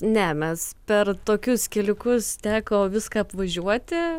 ne mes per tokius keliukus teko viską apvažiuoti